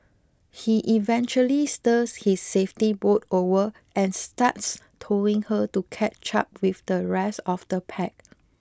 he eventually steers his safety boat over and starts towing her to catch up with the rest of the pack